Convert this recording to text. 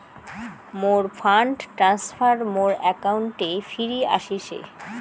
মোর fund transfer মোর অ্যাকাউন্টে ফিরি আশিসে